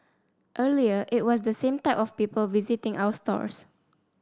earlier it was the same type of people visiting our stores